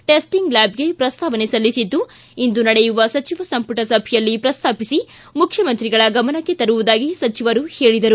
ಟೆಸ್ಲಿಂಗ್ ಲ್ಕಾಬ್ಗೆ ಪ್ರಸ್ತಾವನೆ ಸಲ್ಲಿಸಿದ್ದು ಇಂದು ನಡೆಯುವ ಸಚಿವ ಸಂಪುಟ ಸಭೆಯಲ್ಲಿ ಪ್ರಸ್ತಾಪಿಸಿ ಮುಖ್ಯಮಂತ್ರಿಗಳ ಗಮನಕ್ಕೆ ತರುವುದಾಗಿ ಸಚಿವರು ಹೇಳಿದರು